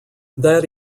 that